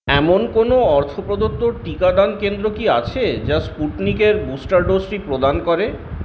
এমন কোনও অর্থ প্রদত্ত টিকাদান কেন্দ্র কি আছে যা স্পুটনিক এর বুস্টার ডোজ টি প্রদান করে